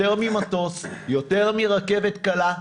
יותר ממטוס, יותר מרכבת קלה,